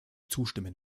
zustimmen